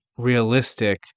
Realistic